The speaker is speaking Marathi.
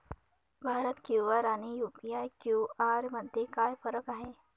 भारत क्यू.आर आणि यू.पी.आय क्यू.आर मध्ये काय फरक आहे?